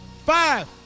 Five